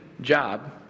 job